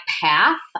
path